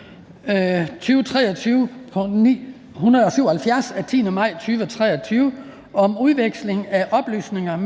2023/977 af 10. maj 2023 om udveksling af oplysninger